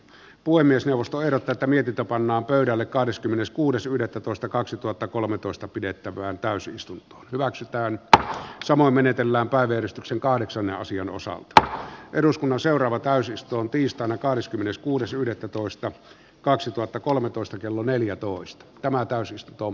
puhemiesneuvosto ehdottaa että mietintö pannaan pöydälle kahdeskymmeneskuudes yhdettätoista kaksituhattakolmetoista pidettävään täysistuntoon hyväksytään että samoin menetellään päivystyksen kahdeksan asian osalta eduskunnan seuraava täysistunnon tiistaina kahdeskymmeneskuudes yhdettätoista kaksituhattakolmetoista kello neljätoista tämän mukaisena